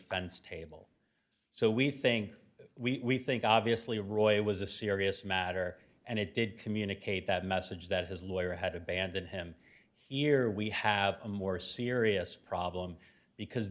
defense table so we think we think obviously of roy it was a serious matter and it did communicate that message that his lawyer had abandoned him here we have a more serious problem because